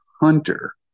hunter